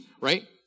right